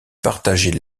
partageait